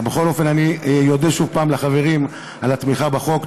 בכל אופן, אני אודה שוב לחברים על התמיכה בחוק.